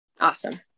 Awesome